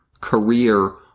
career